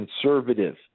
conservative